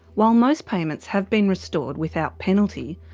while most payments have been restored without penalty,